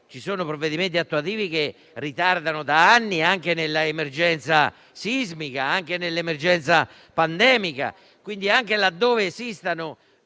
ci sono provvedimenti attuativi che ritardano da anni, anche nell'emergenza sismica come nell'emergenza pandemica. Quindi, anche laddove esistano